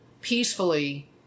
peacefully